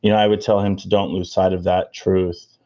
you know i would tell him to don't lose sight of that truth,